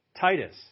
Titus